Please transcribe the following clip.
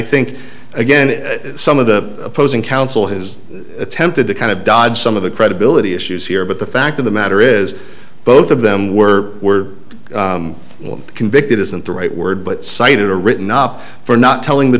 think again some of the opposing counsel has attempted to kind of dodge some of the credibility issues here but the fact of the matter is both of them were were convicted isn't the right word but cited a written up for not telling the